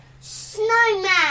Snowman